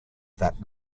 that